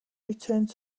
returned